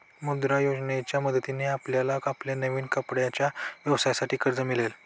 मुद्रा योजनेच्या मदतीने आपल्याला आपल्या नवीन कपड्यांच्या व्यवसायासाठी कर्ज मिळेल